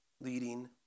leading